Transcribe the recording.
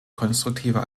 konstruktiver